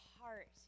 heart